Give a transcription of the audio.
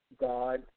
God